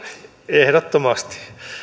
ehdottomasti